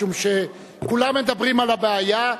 משום שכולם מדברים על הבעיה,